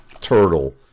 turtle